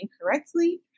incorrectly